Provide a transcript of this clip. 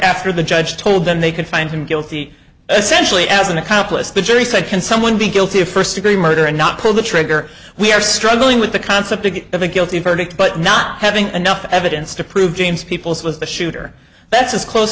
after the judge told them they could find him guilty essentially as an accomplice the jury said can someone be guilty of first degree murder and not pull the trigger we are struggling with the concept of a guilty verdict but not having enough evidence to prove james peoples was the shooter that's as close